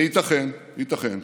וייתכן, ייתכן,